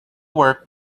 work